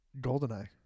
Goldeneye